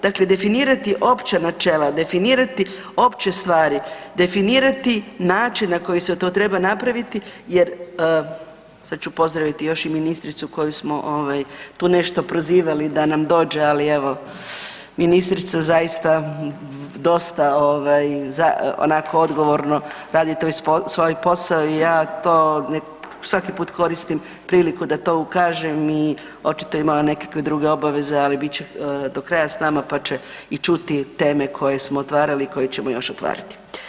Dakle, definirati opća načela, definirati opće stvari, definirati način na koji se to treba napraviti jer, sad ću pozdraviti još i ministricu koju smo tu nešto prozivali da nam dođe, ali evo, ministrica zaista dosta onako odgovorno radi svoj posao i ja to ne, svaki put koristim da to kažem i očito imala neke druge obaveze, ali bit će do kraja s nama pa će i čuti teme koje smo otvarali i koje ćemo još otvarati.